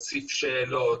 תציף שאלות,